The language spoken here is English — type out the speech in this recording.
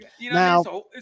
Now